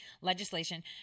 legislation